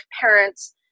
parents